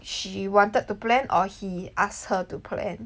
she wanted to plan or he asked her to plan